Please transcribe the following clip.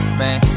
man